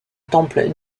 temple